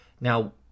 Now